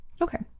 Okay